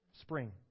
Spring